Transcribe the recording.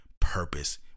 purpose